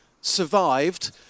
survived